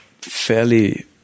fairly